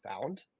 found